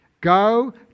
Go